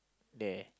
there